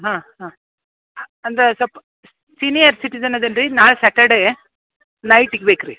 ಹಾಂ ಹಾಂ ಅಂದ್ರೆ ಸ್ವಲ್ಪ ಸೀನಿಯರ್ ಸಿಟಿಜನ್ ಇದೇನ್ರೀ ನಾಳೆ ಸ್ಯಾಟರ್ಡೇ ನೈಟಿಗೆ ಬೇಕು ರೀ